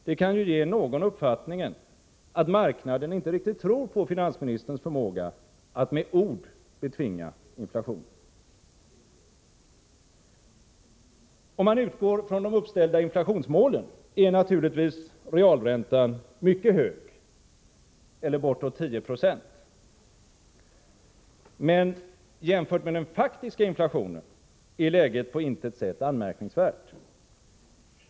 Det kan ju inge någon uppfattningen att marknaden inte riktigt tror på finansministerns förmåga att med ord betvinga inflationen. Om man utgår från de uppställda inflationsmålen, är naturligtvis realräntan mycket hög, eller bortåt 10 90. Men jämfört med den faktiska inflationen är läget på intet sätt anmärkningsvärt.